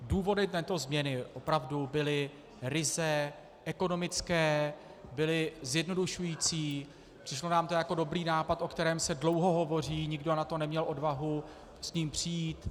Důvody této změny opravdu byly ryze ekonomické, byly zjednodušující, přišlo nám to jako dobrý nápad, o kterém se dlouho hovoří, nikdo na to neměl odvahu s tím přijít.